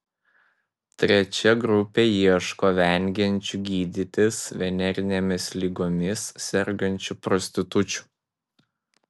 trečia grupė ieško vengiančių gydytis venerinėmis ligomis sergančių prostitučių